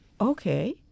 Okay